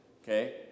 Okay